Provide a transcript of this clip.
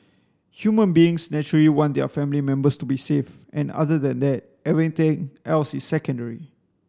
human beings naturally want their family members to be safe and other than that everything else is secondary